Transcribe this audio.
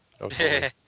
Okay